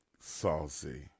saucy